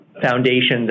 foundations